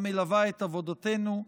המלווה את עבודתנו.